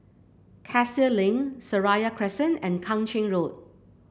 Cassia Link Seraya Crescent and Kang Ching Road